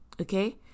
Okay